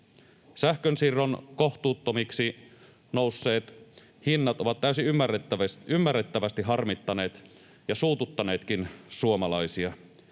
Sähkönsiirron kohtuuttomiksi nousseet hinnat ovat täysin ymmärrettävästi harmittaneet ja suututtaneetkin suomalaisia.